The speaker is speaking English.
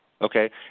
Okay